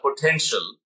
potential